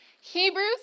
Hebrews